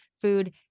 food